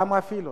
למה "אפילו"?